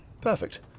Perfect